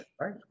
right